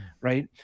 right